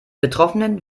betroffenen